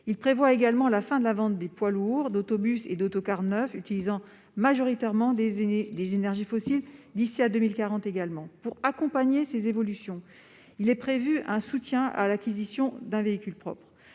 à cette même date la fin de la vente de poids lourds, d'autobus et d'autocars neufs utilisant majoritairement des énergies fossiles. Pour accompagner ces évolutions, il est prévu un soutien à l'acquisition de véhicules propres.